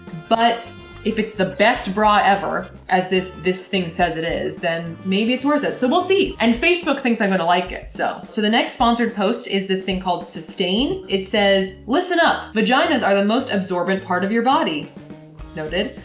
but if it's the best bra ever as this this thing says it is then maybe it's worth it, so we'll see! and facebook thinks i'm gonna like it so. so the next sponsored post is this thing called sustain it says listen up! vaginas are the most absorbent part of your body' noted.